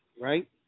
right